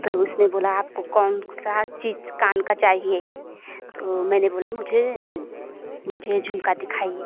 तो उसने बोला आपको कौनसा चीज़ कान का चाहिए तो मैंने बोला मुझे मुझे झुमका दिखाइए